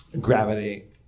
gravity